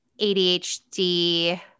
ADHD